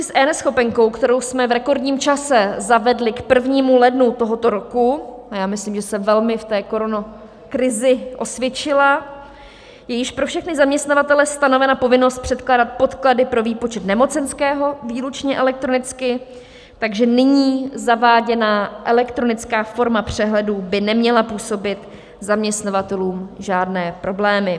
V souvislosti s eNeschopenkou, kterou jsme v rekordním čase zavedli k 1. lednu tohoto roku a myslím, že se velmi v té koronakrizi osvědčila je již pro všechny zaměstnavatele stanovena povinnost předkládat podklady pro výpočet nemocenského výlučně elektronicky, takže nyní zaváděná elektronická forma přehledů by neměla působit zaměstnavatelům žádné problémy.